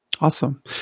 Awesome